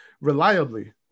reliably